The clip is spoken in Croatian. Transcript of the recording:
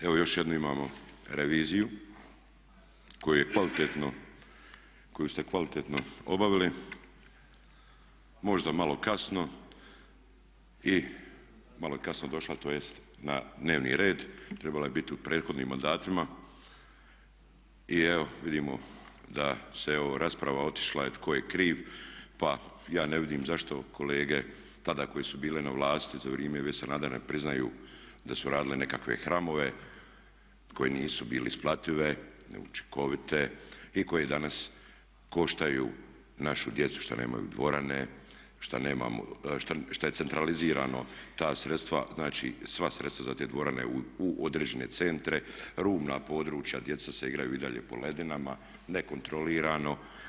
Evo još jednu imamo reviziju koju ste kvalitetno obavili, možda malo kasno i, malo je kasno došla tj. na dnevni red, trebala je biti u prethodnim mandatima i evo vidimo da je rasprava otišla tko je kriv, pa ja ne vidim zašto kolege tada koji su bili na vlasti za vrijeme Ive Sanadera ne priznaju da su radili nekakve hramove koji nisu bili isplativi, neučinkovite i koje danas koštaju našu djecu što nemaju dvorane, što nemamo, što je centralizirano ta sredstva znači sva sredstva za te dvorane u određene centre, rubna područja, djeca se igraju i dalje po ledinama, nekontrolirano.